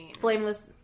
Flameless